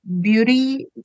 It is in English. beauty